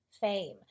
fame